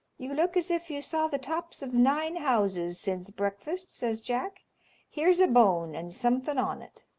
you look as if you saw the tops of nine houses since breakfast, says jack here's a bone and something on it.